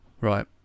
Right